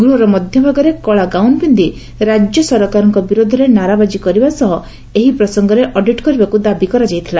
ଗୂହର ମଧ୍ଧଭାଗରେ କଳା ଗାଉନ୍ ପିକ୍ଷି ରାକ୍ୟ ସରକାରଙ୍କ ବିରୋଧରେ ନାରାବାଜି କରିବା ସହ ଏହି ପ୍ରସଙ୍ଗରେ ଅଡିଟ୍ କରିବାକୁ ଦାବି କରିଥିଲେ